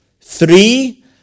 Three